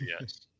Yes